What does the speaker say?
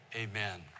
Amen